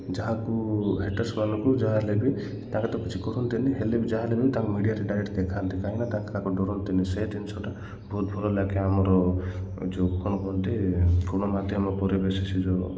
ଯାହାକୁ ହେଟର୍ସ୍ମାନଙ୍କୁ ଯାହାହେଲେ ବି ତାଙ୍କେ ତ କିଛି କରନ୍ତିନି ହେଲେ ବି ଯାହାହେଲେ ବି ତାଙ୍କେ ମିଡ଼ିଆରେ ଡାଇରେକ୍ଟ୍ ଦେଖାନ୍ତି କାହିଁକିନା ତାଙ୍କେ କାହାକୁ ଡରନ୍ତିନି ସେ ଜିନିଷଟା ବହୁତ ଭଲ ଲାଗେ ଆମର ଯେଉଁ କ'ଣ କୁହନ୍ତି ଗଣମାଧ୍ୟମ ଉପରେ ବେଶୀ ସେ ଯେଉଁ